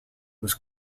was